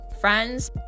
friends